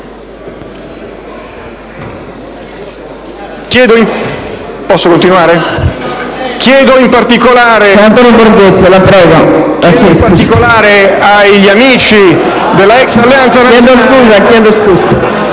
Chiedo, in particolare agli amici della ex Alleanza Nazionale,